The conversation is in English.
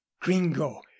gringo